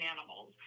animals